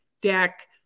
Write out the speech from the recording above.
deck